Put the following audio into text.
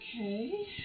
Okay